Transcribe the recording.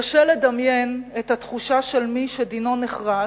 קשה לדמיין את התחושה של מי שדינו נחרץ,